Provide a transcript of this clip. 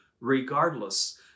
regardless